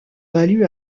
valu